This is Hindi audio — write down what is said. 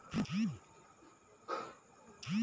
बैंक द्वारा पैसे कैसे भेजें?